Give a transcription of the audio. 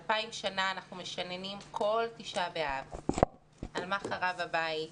2,000 שנה אנחנו משננים כל ט' באב על מה קרה בבית,